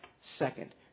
Second